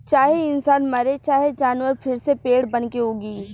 चाहे इंसान मरे चाहे जानवर फिर से पेड़ बनके उगी